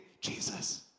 Jesus